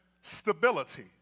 stability